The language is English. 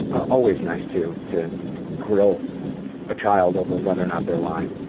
always nice to to grill a child over whether or not their lying.